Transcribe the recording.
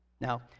Now